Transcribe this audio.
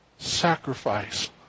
Sacrifice